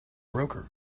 broker